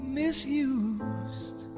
misused